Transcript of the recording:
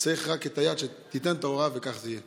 צריך רק את היד שתיתן את ההוראה, וכך זה יהיה.